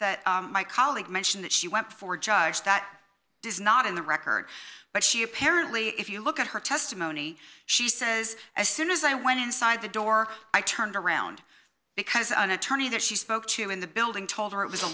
that my colleague mentioned that she went before a judge that does not in the record but she apparently if you look at her testimony she says as soon as i went inside the door i turned around because an attorney that she spoke to in the building told her it was a